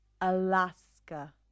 Alaska